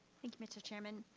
thank you, mr. chairman.